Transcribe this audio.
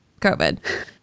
COVID